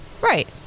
Right